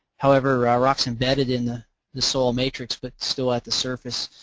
however rocks embedded in the the soil matrix, but still at the surface,